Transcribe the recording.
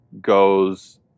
goes